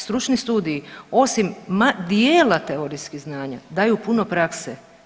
Stručni studiji osim dijela teorijskih znanja, daju puno prakse.